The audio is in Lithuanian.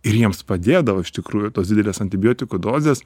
ir jiems padėdavo iš tikrųjų tos didelės antibiotikų dozės